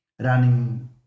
Running